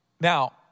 Now